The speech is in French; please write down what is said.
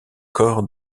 corps